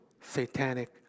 satanic